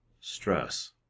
Stress